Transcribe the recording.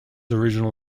original